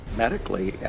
medically